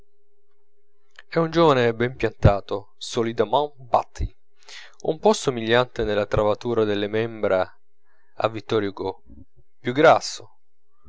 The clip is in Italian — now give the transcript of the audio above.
un giovane ben piantato solidement bti un po somigliante nella travatura delle membra a vittor hugo più grasso